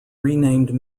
renamed